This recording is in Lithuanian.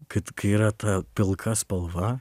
kad kai yra ta pilka spalva